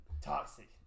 toxic